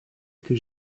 que